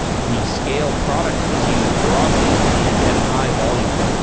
the scale product is used broadly and at high volume.